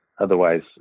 Otherwise